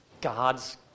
God's